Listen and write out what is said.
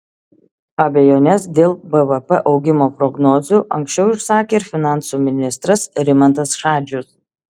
abejones dėl bvp augimo prognozių anksčiau išsakė ir finansų ministras rimantas šadžius